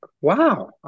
wow